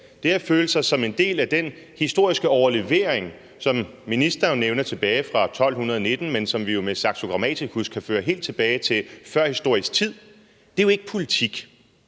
er at føle sig som en del af den historiske overlevering, som ministeren nævner tilbage fra 1219, men som vi jo med Saxo Grammaticus kan føre helt tilbage til førhistorisk tid. Det er jo ikke politik,